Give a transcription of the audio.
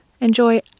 enjoy